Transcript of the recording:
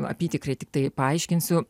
apytikriai tiktai paaiškinsiu